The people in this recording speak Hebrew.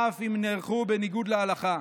אף אם נערכו בניגוד להלכה.